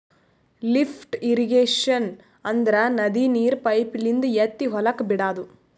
lift irrigation ಅಂದ್ರ ನದಿ ನೀರ್ ಪೈಪಿನಿಂದ ಎತ್ತಿ ಹೊಲಕ್ ಬಿಡಾದು